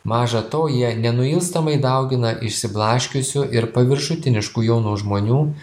maža to jie nenuilstamai daugina išsiblaškiusių ir paviršutiniškų jaunų žmonių